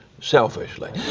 selfishly